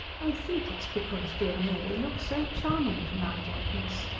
i think it's because dear mary looks so charming to-night, agnes,